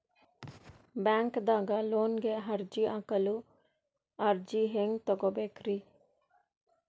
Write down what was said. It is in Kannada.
ಬ್ಯಾಂಕ್ದಾಗ ಲೋನ್ ಗೆ ಅರ್ಜಿ ಹಾಕಲು ಅರ್ಜಿ ಹೆಂಗ್ ತಗೊಬೇಕ್ರಿ?